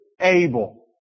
able